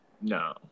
No